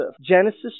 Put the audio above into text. Genesis